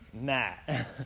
Matt